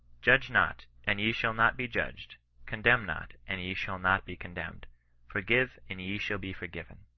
judge not, and ye shall not be judged condemn not, and ye shall not be condemned forgive and ye shall be forgiven.